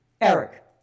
Eric